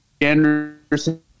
Anderson